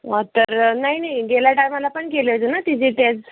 तर नाही नाही गेल्या टायमाला पण केले होते ना डी जे तेच